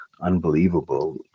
unbelievable